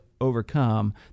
overcome